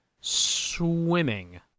Swimming